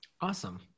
Awesome